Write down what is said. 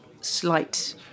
slight